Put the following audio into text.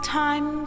time